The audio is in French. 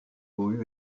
aux